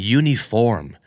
uniform